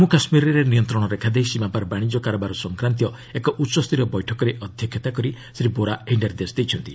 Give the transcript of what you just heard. ଜମ୍ମୁ କାଶ୍ମୀରରେ ନିୟନ୍ତ୍ରଣ ରେଖା ଦେଇ ସୀମାପାର ବାଣିଜ୍ୟ କାରବାର ସଂକ୍ରାନ୍ତୀୟ ଏକ ଉଚ୍ଚସ୍ତରୀୟ ବୈଠକରେ ଅଧ୍ୟକ୍ଷତା କରି ଶ୍ରୀ ବୋରା ଏହି ନିର୍ଦ୍ଦେଶ ଦେଇଛନ୍ତି